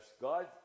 ...God